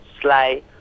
Sly